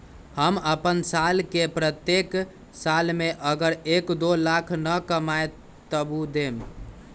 हम अपन साल के प्रत्येक साल मे अगर एक, दो लाख न कमाये तवु देम?